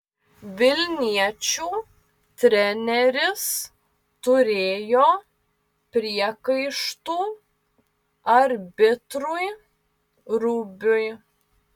vilniečių treneris turėjo priekaištų arbitrui rubiui